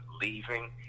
leaving